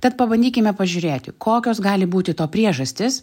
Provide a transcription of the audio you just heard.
tad pabandykime pažiūrėti kokios gali būti to priežastis